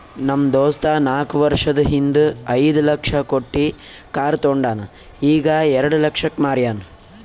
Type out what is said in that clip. ನಮ್ ದೋಸ್ತ ನಾಕ್ ವರ್ಷದ ಹಿಂದ್ ಐಯ್ದ ಲಕ್ಷ ಕೊಟ್ಟಿ ಕಾರ್ ತೊಂಡಾನ ಈಗ ಎರೆಡ ಲಕ್ಷಕ್ ಮಾರ್ಯಾನ್